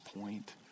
point